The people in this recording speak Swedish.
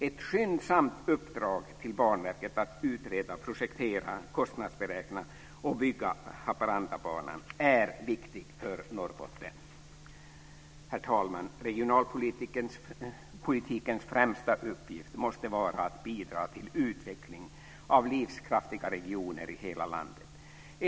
Ett skyndsamt uppdrag till Banverket att utreda, projektera, kostnadsberäkna och bygga Haparandabanan är viktigt för Norrbotten. Herr talman! Regionalpolitikens främsta uppgift måste vara att bidra till utveckling av livskraftiga regioner i hela landet.